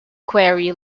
query